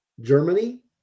Germany